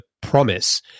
promise